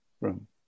room